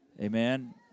Amen